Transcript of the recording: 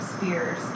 Spears